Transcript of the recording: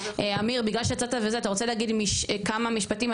אמיר, בגלל שיצאת וזה, אתה רוצה להגיד כמה משפטים?